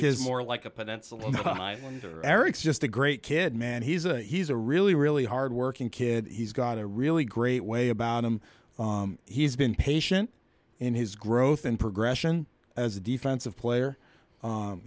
is more like a peninsula and eric's just a great kid man he's a he's a really really hard working kid he's got a really great way about him he's been patient in his growth and progression as a defensive player